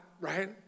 right